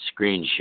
screenshot